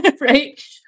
right